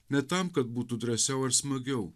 ne tam kad būtų drąsiau ir smagiau